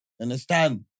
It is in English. Understand